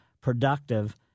productive